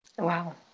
Wow